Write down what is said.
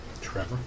Trevor